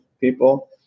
people